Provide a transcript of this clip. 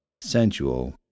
sensual